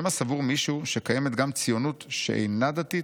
שמא סבור מישהו שקיימת גם ציונות שאינה דתית?